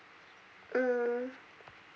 mm